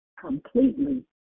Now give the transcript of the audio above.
completely